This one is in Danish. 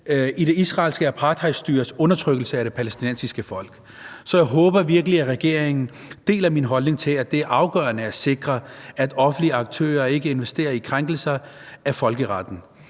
i det israelske apartheidstyres undertrykkelse af det palæstinensiske folk. Så jeg håber virkelig, at regeringen deler min holdning til, at det er afgørende at sikre, at offentlige aktører ikke investerer i krænkelser af folkeretten.